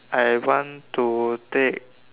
I want to take